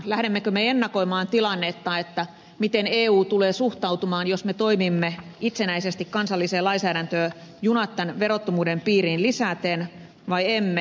lähdemmekö me ennakoimaan tilannetta miten eu tulee suhtautumaan jos me toimimme itsenäisesti kansalliseen lainsäädäntöön junat tämän verottomuuden piiriin lisäten vai emme